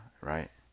right